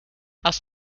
aus